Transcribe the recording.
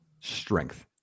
strength